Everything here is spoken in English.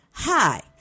Hi